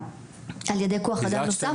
ע"י כוח אדם נוסף.